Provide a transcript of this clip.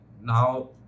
now